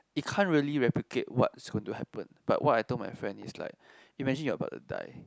you can't really replicate what's going to happen but what I told my friend is like imagine you are about to die